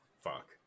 Fuck